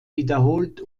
wiederholt